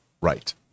right